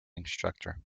instructor